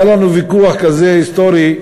היה לנו ויכוח כזה, היסטורי,